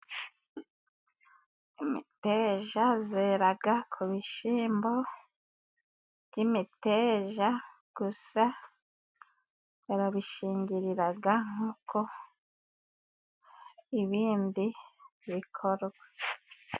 Imiteja yera ku bishyimbo by'imiteja, gusa barabishingirira nk'uko ibindi bikorwa.